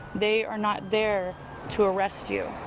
they are not there to arrest you.